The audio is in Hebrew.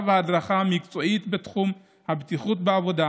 וההדרכה המקצועית בתחום הבטיחות בעבודה,